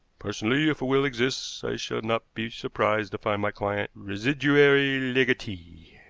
personally, if a will exists, i should not be surprised to find my client residuary legatee.